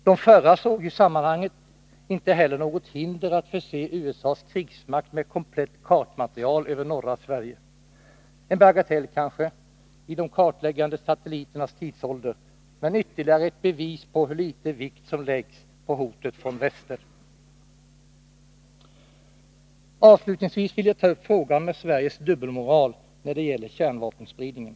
De förra såg i sammanhanget inte heller några hinder att förse USA:s krigsmakt med komplett kartmaterial över norra Sverige. En bagatell kanske ide kartläggande satelliternas tidsålder, men ytterligare ett bevis på hur litet vikt som läggs vid hotet från väster. Avslutningsvis vill jag ta upp frågan om Sveriges dubbelmoral när det gäller kärnvapenspridningen.